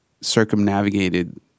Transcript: circumnavigated